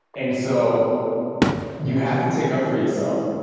and so you have to take up for yourself.